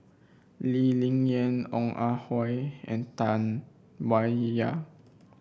Lee Ling Yen Ong Ah Hoi and Tam Wai Ya